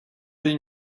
been